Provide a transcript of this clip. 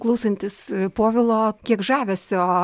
klausantis povilo kiek žavesio